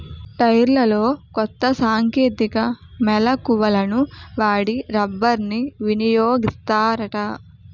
టైర్లలో కొత్త సాంకేతిక మెలకువలను వాడి రబ్బర్ని వినియోగిస్తారట